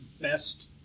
Best